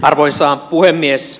arvoisa puhemies